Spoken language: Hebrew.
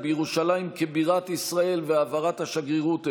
ההכרה האמריקנית בירושלים כבירת ישראל והעברת השגרירות אליה,